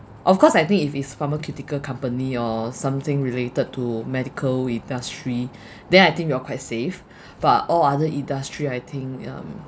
of course I think if it's pharmaceutical company or something related to medical industry then I think you're quite safe but all other industry I think um